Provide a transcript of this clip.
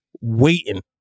waiting